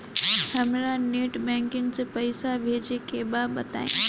हमरा net banking से पईसा भेजे के बा बताई?